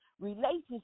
relationship